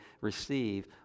receive